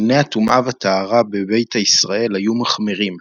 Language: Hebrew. דיני הטומאה והטהרה בביתא ישראל היו מחמירים,